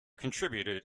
contributed